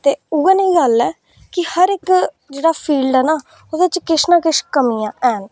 ते उ'ऐ नेही गल्ल ऐ कि हर इक जेह्का फील्ड ऐ ना ओह्दे बिच किश ना किश कमियां हैन